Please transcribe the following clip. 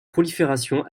prolifération